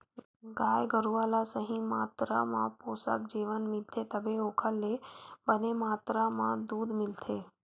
गाय गरूवा ल सही मातरा म पोसक जेवन मिलथे तभे ओखर ले बने मातरा म दूद मिलथे